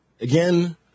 again